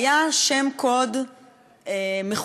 היה שם קוד מכובס,